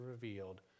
revealed